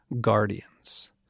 guardians